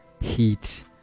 heat